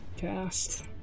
Cast